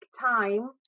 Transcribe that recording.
time